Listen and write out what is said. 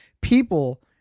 people